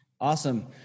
awesome